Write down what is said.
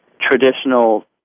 traditional